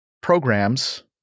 programs